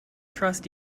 trust